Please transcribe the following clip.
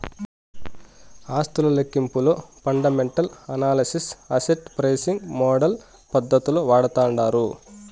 ఆస్తుల లెక్కింపులో fundamental analysis, asset pricing model పద్దతులు వాడతాండారు